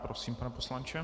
Prosím, pane poslanče.